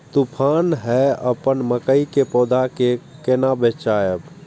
तुफान है अपन मकई के पौधा के केना बचायब?